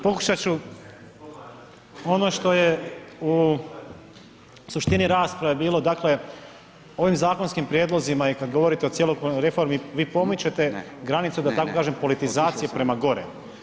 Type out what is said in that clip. Pokušat ću ono što je u suštini rasprave bilo dakle ovim zakonskim prijedlozima i kad govorite o cjelokupnoj reformi vi pomičete granicu da tako politizacije prema gore.